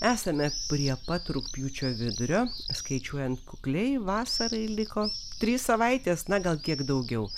esame prie pat rugpjūčio vidurio skaičiuojant kukliai vasarai liko trys savaitės na gal kiek daugiau